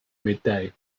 midday